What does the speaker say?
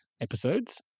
episodes